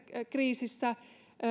kriisissä